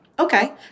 Okay